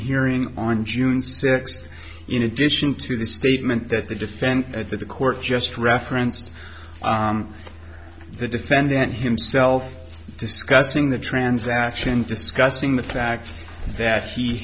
hearing on june sixth in addition to the statement that the defense at the court just referenced the defendant himself discussing the transaction discussing the fact that he